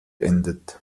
endet